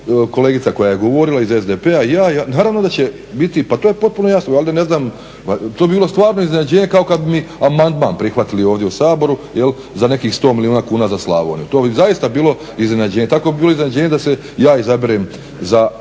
kolegica koja je govorila iz SDP-a i ja naravno da će biti, pa to je potpuno jasno, valjda to bi bilo stvarno iznenađenje kao kad bi mi amandman prihvatili ovdje u Saboru jel' za nekih 100 milijuna kuna za Slavoniju. To bi zaista bilo iznenađenje. Tako bi bilo iznenađenje da se ja izaberem umjesto